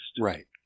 Right